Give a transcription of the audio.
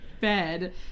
bed